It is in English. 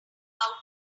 out